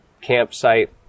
campsite